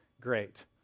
great